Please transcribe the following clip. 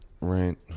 Right